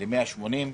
הכנסת ל-180.